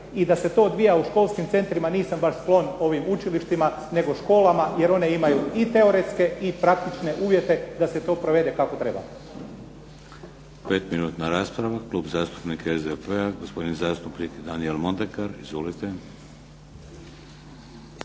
i da se to odvija u školskim centrima. Nisam baš sklon ovi učilištima, nego školama, jer one imaju i teoretske i praktične uvjete da se to provede kako treba.